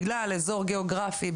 בגלל אזור גיאוגרפי,